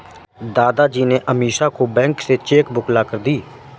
दादाजी ने अमीषा को बैंक से चेक बुक लाकर दी